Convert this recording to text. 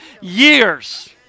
years